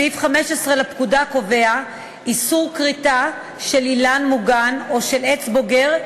סעיף 15 לפקודה קובע איסור כריתה של אילן מוגן או של עץ בוגר,